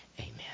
amen